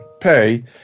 pay